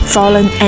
Fallen